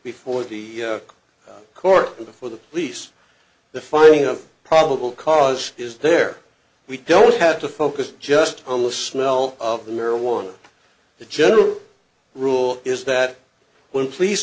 before the court before the police the finding of probable cause is there we don't have to focus just on the smell of the marijuana the general rule is that when police